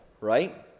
Right